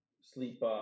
sleep